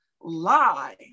lie